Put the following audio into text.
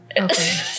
Okay